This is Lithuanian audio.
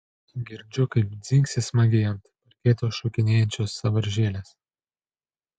girdžiu kaip dzingsi smagiai ant parketo šokinėjančios sąvaržėlės